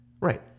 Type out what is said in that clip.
right